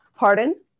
Pardon